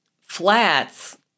flats